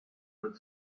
would